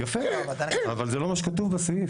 יפה, אבל זה לא מה שכתוב בסעיף.